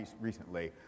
recently